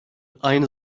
aynı